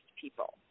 people